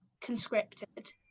conscripted